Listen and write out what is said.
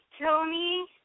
Tony